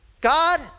God